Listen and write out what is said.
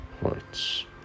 hearts